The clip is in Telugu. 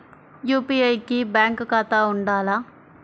యూ.పీ.ఐ కి బ్యాంక్ ఖాతా ఉండాల?